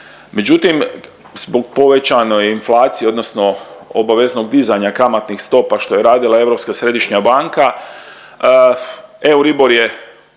Međutim, povećanoj inflaciji odnosno obaveznog dizanja kamatnih stopa što je radila Europska središnja banka, Euribor je